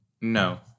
No